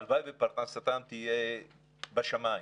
הלוואי שפרנסתם תהיה בשמיים.